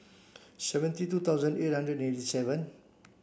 seventy two thousand eight hundred eighty seven